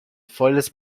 folhas